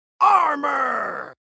Armor